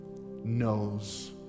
knows